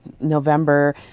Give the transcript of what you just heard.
november